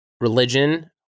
religion